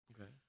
Okay